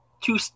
two